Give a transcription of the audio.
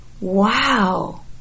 wow